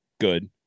good